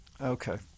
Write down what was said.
Okay